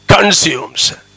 Consumes